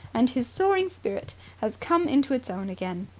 and his soaring spirit has come into its own again.